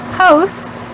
post